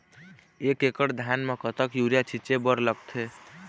एक एकड़ धान म कतका यूरिया छींचे बर लगथे?